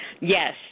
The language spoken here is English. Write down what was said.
Yes